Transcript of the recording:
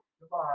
Goodbye